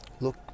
look